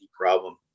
problem